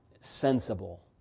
sensible